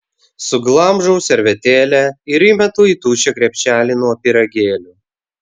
suglamžau servetėlę ir įmetu į tuščią krepšelį nuo pyragėlių